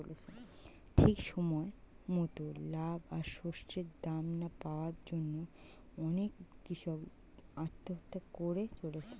ঠিক সময় মতন লাভ আর শস্যের দাম না পাওয়ার জন্যে অনেক কূষক আত্মহত্যা করে চলেছে